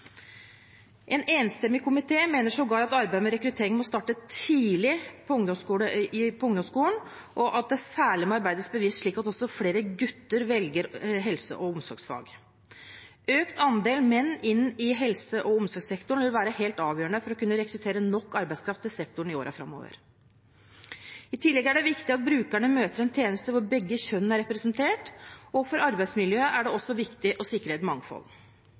En enstemmig komité mener sågar at arbeidet med rekruttering må starte tidlig på ungdomsskolen, og at det særlig må arbeides bevisst slik at også flere gutter velger helse- og omsorgsfag. Økt andel menn inn i helse- og omsorgssektoren vil være helt avgjørende for å kunne rekruttere nok arbeidskraft til sektoren i årene framover. I tillegg er det viktig at brukerne møter en tjeneste hvor begge kjønn er representert, og for arbeidsmiljøet er det også viktig å sikre et mangfold.